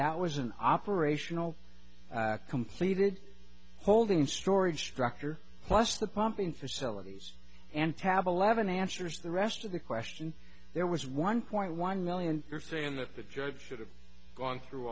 that was an operational completed holding storage structure plus the pumping facilities and tab eleven answers the rest of the question there was one point one million you're saying that the judge should have gone through